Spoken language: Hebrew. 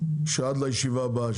שעד לישיבה הבאה,